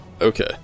Okay